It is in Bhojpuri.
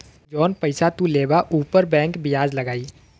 जौन पइसा तू लेबा ऊपर बैंक बियाज लगाई